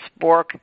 Spork